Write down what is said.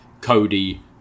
cody